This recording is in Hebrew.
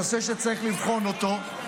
נושא שצריך לבחון אותו.